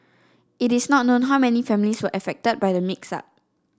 it is not known how many families were affected by the mix up